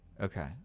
Okay